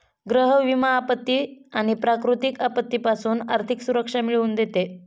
गृह विमा आपत्ती आणि प्राकृतिक आपत्तीपासून आर्थिक सुरक्षा मिळवून देते